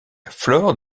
flore